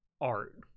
art